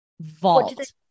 vault